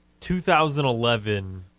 2011